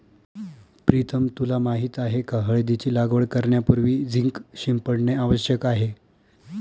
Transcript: प्रीतम तुला माहित आहे का हळदीची लागवड करण्यापूर्वी झिंक शिंपडणे आवश्यक आहे